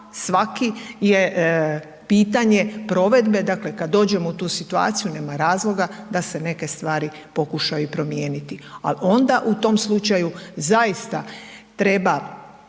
svaki je pitanje provedbe, dakle kad dođemo u tu situaciju nema razloga da se neke stvari pokuša i promijeniti, ali onda u tom slučaju zaista treba